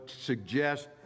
suggest